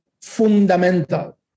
fundamental